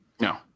No